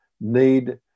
need